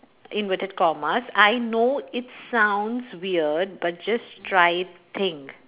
inverted commas I know it sounds weird but just try thing